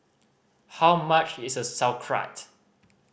how much is Sauerkraut